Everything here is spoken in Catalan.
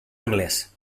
anglès